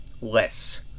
less